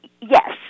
Yes